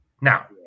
Now